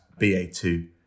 BA2